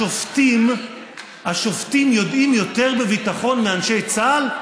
השופטים יודעים יותר בביטחון מאנשי צה"ל?